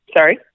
Sorry